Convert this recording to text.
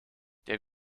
der